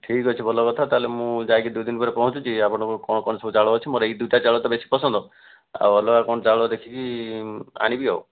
ଠିକ୍ ଅଛି ଭଲ କଥା ତା' ହେଲେ ମୁଁ ଯାଇକି ଦୁଇଦିନ ପରେ ପହଞ୍ଚୁଛି ଆପଣଙ୍କର କ'ଣ କ'ଣ ସବୁ ଚାଉଳ ଅଛି ମୋର ଏଇ ଦୁଇଟା ଚାଉଳ ତ ବେଶୀ ପସନ୍ଦ ଆଉ ଅଲଗା କ'ଣ ଚାଉଳ ଦେଖିକି ଆଣିବି ଆଉ